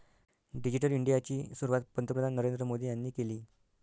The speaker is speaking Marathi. डिजिटल इंडियाची सुरुवात पंतप्रधान नरेंद्र मोदी यांनी केली